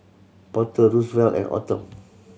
Porter Rosevelt and Autumn